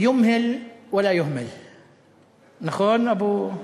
"יומהל ולא יומהל", נכון, אבו,